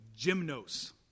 Gymnos